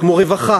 כמו רווחה,